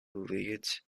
leeds